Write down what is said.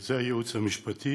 זה הייעוץ המשפטי